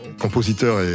compositeur